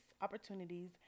opportunities